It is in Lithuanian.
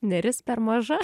neris per maža